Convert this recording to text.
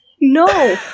No